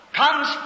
comes